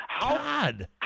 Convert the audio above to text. God